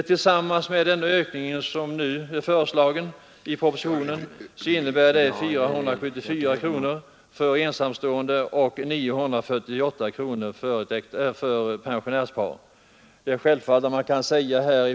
Tillsammans med den nu i propositionen föreslagna ökningen blir det 474 kronor för ensamstående pensionär och 948 kronor för ett pensionärspar.